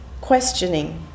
questioning